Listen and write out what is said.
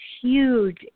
huge